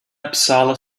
uppsala